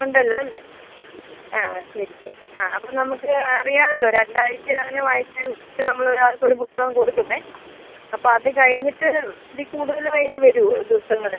ഉണ്ടല്ലോ അല്ലേ ആ ശരി ശരി ആ അപ്പം നമുക്ക് അറിയാവല്ലോ രണ്ടാഴ്ച വായിക്കാൻ നമ്മളൊരാൾക്കൊര് പുസ്തകം കൊടുക്കുന്നത് അപ്പോൾ അത് കഴിഞ്ഞിട്ട് ഇതി കൂടുതല് വേണ്ടി വരുവോ ദിവസങ്ങള്